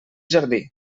jardí